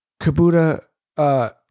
Kabuta